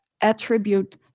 attribute